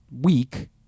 week